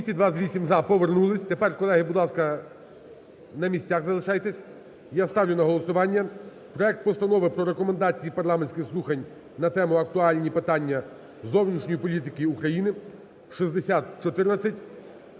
За-228 Повернулись. Тепер, колеги, будь ласка, на місцях залишайтесь. Я ставлю на голосування проект Постанови про рекомендації парламентських слухань на тему: "Актуальні питання зовнішньої політики України" (6014).